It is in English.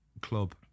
club